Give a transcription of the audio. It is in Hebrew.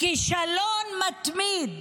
כישלון מתמיד,